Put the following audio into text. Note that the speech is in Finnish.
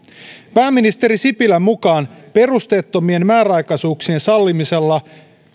pääministeri sipilän mukaan perusteettomien määräaikaisuuksien sallimisella